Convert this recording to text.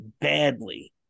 Badly